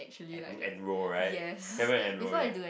en~ enroll right haven't enroll yet